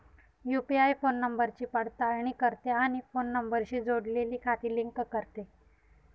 UPI phone नंबरची पडताळणी करते आणि फोन नंबरशी जोडलेली खाती लिंक करते